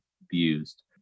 abused